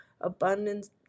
abundance